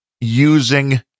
using